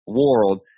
world